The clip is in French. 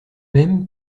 mêmes